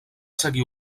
seguir